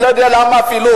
אני לא יודע למה אפילו.